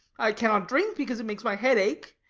i cannot drink, because it makes my head ache.